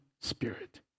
spirit